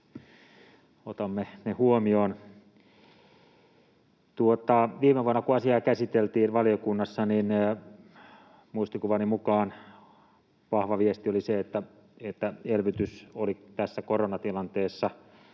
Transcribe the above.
Otamme ne huomioon. Viime vuonna, kun asiaa käsiteltiin valiokunnassa, muistikuvani mukaan vahva viesti oli se, että elvytys oli tässä koronatilanteessa